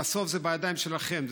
בסוף זה בידיים שלכם.